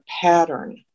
pattern